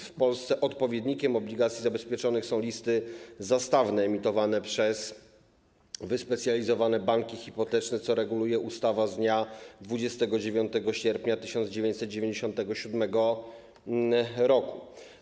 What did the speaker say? W Polsce odpowiednikiem obligacji zabezpieczonych są listy zastawne emitowane przez wyspecjalizowane banki hipoteczne, co reguluje ustawa z dnia 29 sierpnia 1997 r.